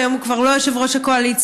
שהיום הוא כבר לא יושב-ראש הקואליציה,